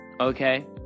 Okay